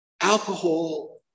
alcohol